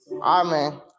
Amen